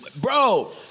Bro